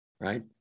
right